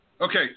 Okay